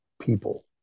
people